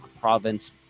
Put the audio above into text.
province